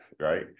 right